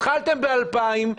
התחלתם ב-2,000,